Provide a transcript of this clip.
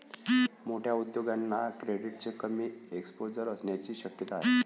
मोठ्या उद्योगांना क्रेडिटचे कमी एक्सपोजर असण्याची शक्यता आहे